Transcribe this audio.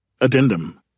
Addendum